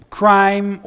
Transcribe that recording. crime